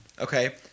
Okay